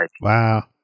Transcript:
wow